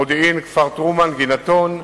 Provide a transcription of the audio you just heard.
מודיעין, כפר-טרומן, גינתון,